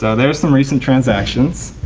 so there's some recent transactions.